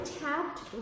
tapped